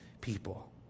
people